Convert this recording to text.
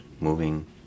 moving